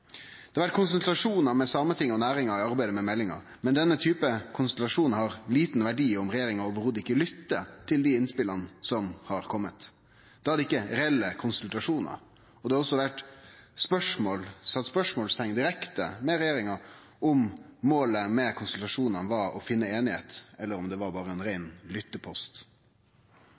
Det har vore konsultasjonar med Sametinget og næringa i arbeidet med meldinga, men denne typen konsultasjon har liten verdi om regjeringa i det heile ikkje lyttar til dei innspela som har kome. Da er det ikkje reelle konsultasjonar. Det har også vore stilt spørsmål direkte til regjeringa om målet med konsultasjonane var å bli einig, eller om det var berre ein rein lyttepost.